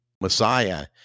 Messiah